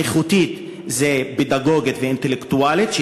"איכותית" זה פדגוגית ואינטלקטואלית,